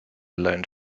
learned